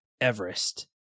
Everest